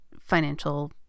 financial